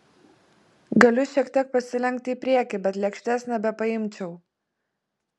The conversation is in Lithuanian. galiu šiek tiek pasilenkti į priekį bet lėkštės nebepaimčiau